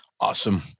Awesome